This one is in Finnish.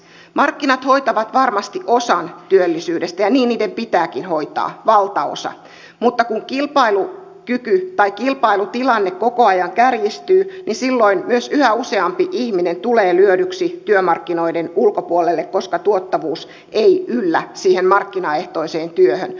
markkinat hoitavat varmasti osan työllisyydestä ja niin niiden pitääkin hoitaa valtaosa mutta kun kilpailutilanne koko ajan kärjistyy niin silloin myös yhä useampi ihminen tulee lyödyksi työmarkkinoiden ulkopuolelle koska tuottavuus ei yllä siihen markkinaehtoiseen työhön